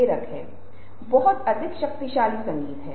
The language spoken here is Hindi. लेकिन इस प्रक्रिया में आप दूसरे के बारे में बहुत कुछ सीख रहे हैं